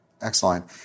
Excellent